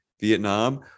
vietnam